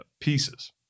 pieces